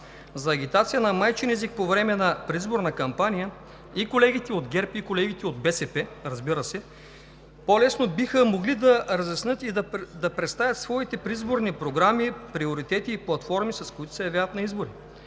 за агитация на майчин език по време на предизборна кампания и колегите от ГЕРБ, и колегите от БСП, разбира се, по-лесно биха могли да разяснят и да представят своите предизборни програми, приоритети и платформи, с които се явяват на избори,